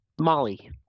Molly